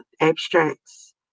abstracts